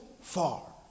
far